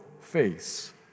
face